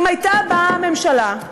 לו באה הממשלה,